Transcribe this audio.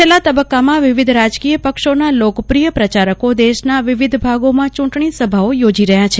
છેલ્લા તબકકામાં વિવિધ રાજકીય પક્ષોના લોકપ્રિય પ્રચારકો દેશના વિવિધ ભાગોમાં ચુંટણી સભાઓ યોજી રહયાં છે